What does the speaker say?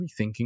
rethinking